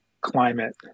climate